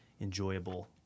enjoyable